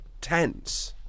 tense